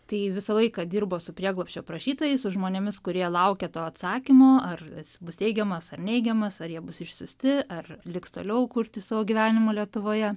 tai visą laiką dirbo su prieglobsčio prašytojais su žmonėmis kurie laukė to atsakymo ar jis bus teigiamas ar neigiamas ar jie bus išsiųsti ar liks toliau kurti savo gyvenimo lietuvoje